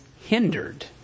hindered